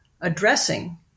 addressing